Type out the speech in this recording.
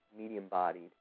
medium-bodied